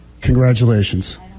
Congratulations